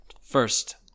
first